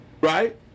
Right